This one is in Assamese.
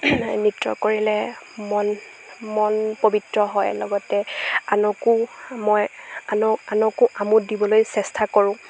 নৃত্য কৰিলে মন মন পৱিত্ৰ হয় লগতে আনকো মই আন আনকো আমোদ দিবলৈ চেষ্টা কৰোঁ